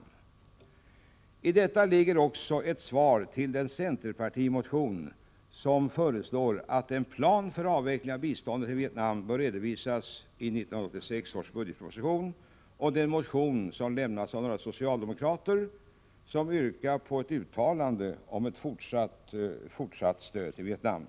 I detta ligger också ett svar till den centerpartimotion som föreslår att en plan för avveckling av biståndet till Vietnam bör redovisas i 1986 års budgetproposition och den motion från några socialdemokrater som yrkar på ett uttalande om fortsatt stöd till Vietnam.